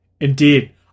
Indeed